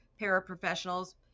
paraprofessionals